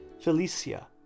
Felicia